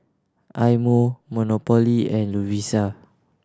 Eye Mo Monopoly and Lovisa